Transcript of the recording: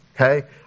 Okay